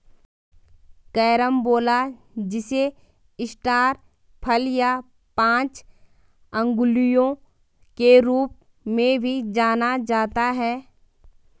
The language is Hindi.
कैरम्बोला जिसे स्टार फल या पांच अंगुलियों के रूप में भी जाना जाता है